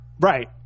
Right